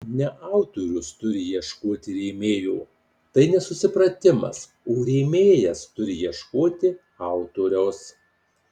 ne autorius turi ieškoti rėmėjo tai nesusipratimas o rėmėjas turi ieškoti autoriaus